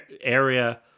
area